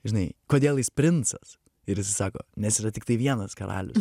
žinai kodėl jis princas ir jisai sako nes yra tiktai vienas karalius